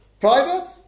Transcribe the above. private